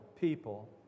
people